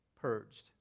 purged